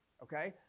okay?